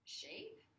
shape